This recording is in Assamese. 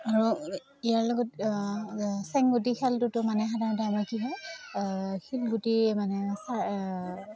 আৰু ইয়াৰ লগত চেংগুটি খেলটোতো মানে সাধাৰণতে আমাৰ কি হয় শিলগুটিৰে মানে